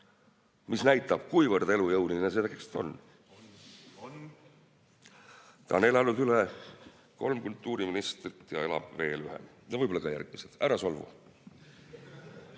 See näitab, kuivõrd elujõuline see tekst on. Ta on elanud üle kolm kultuuriministrit ja elab võib-olla ka järgmised üle. Ära solvu.